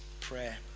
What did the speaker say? prayer